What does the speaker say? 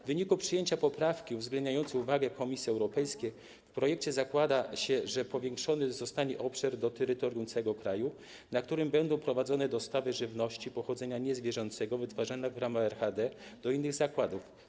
W wyniku przyjęcia poprawki uwzględniającej uwagę Komisji Europejskiej w projekcie zakłada się, że powiększony zostanie obszar - do terytorium całego kraju - na którym będą prowadzone dostawy żywności pochodzenia niezwierzęcego wytwarzanej w ramach RHD do innych zakładów.